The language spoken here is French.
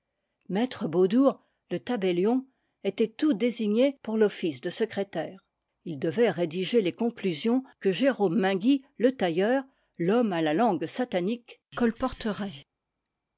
me beaudour le tabellion était tout désigné pour l'office de secrétaire il devait rédiger les conclusions que jérôme mainguy le tailleur l'homme à la langue satanique